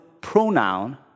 pronoun